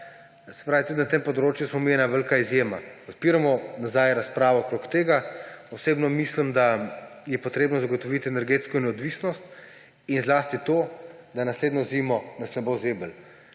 Se pravi, tudi na tem področju smo mi ena velika izjema. Odpiramo nazaj razpravo okrog tega. Osebno mislim, da je potrebno zagotoviti energetsko neodvisnost in zlasti to, da nas naslednjo zimo ne bo zeblo.